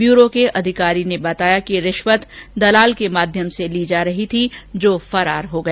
bureau के अधिकारी ने बताया कि रिश्वत दलाल के माध्यम से ली जा रही थी जो फरार हो गया